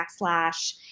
backslash